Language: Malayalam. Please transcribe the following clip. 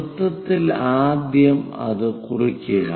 വൃത്തത്തിൽ ആദ്യം അത് കുറിക്കുക